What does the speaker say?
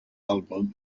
album